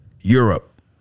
Europe